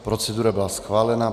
Procedura byla schválena.